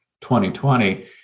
2020